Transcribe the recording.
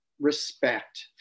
respect